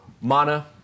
Mana